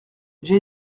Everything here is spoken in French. j’ai